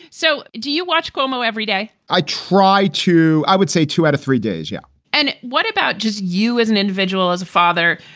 so do you watch cuomo every day? i try to i would say two out of three days. yeah and what about just you as an individual, as a father?